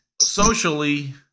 socially